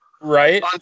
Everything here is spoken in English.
right